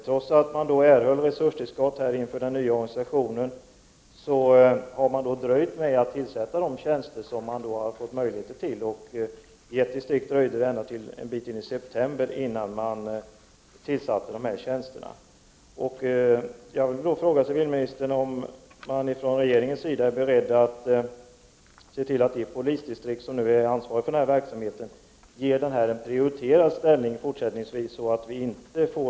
Trots att man erhöll resurstillskott när den nya organisationen genomfördes, har man dröjt med att tillsätta de tjänster man tilldelats. I ett distrikt dröjde det ända till en bit in i september innan man tillsatte dessa tjänster.